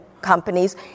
companies